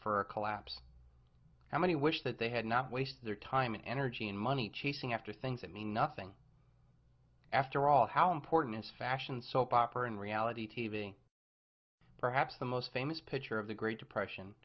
for a collapse how many wish that they had not waste their time and energy and money chasing after things that mean nothing after all how important is fashion soap opera and reality t v perhaps the most famous picture of the great depression